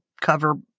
cover